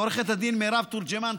לעו"ד מירב תורג'מן,